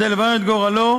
כדי לברר את גורלו,